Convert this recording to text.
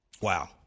Wow